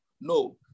no